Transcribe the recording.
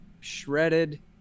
shredded